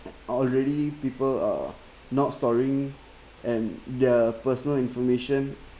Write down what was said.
already people are not storing and their personal information